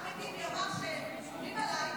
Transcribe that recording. אחמד טיבי אמר שאומרים עליי,